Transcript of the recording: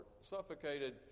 suffocated